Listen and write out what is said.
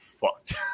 fucked